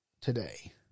today